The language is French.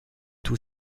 tout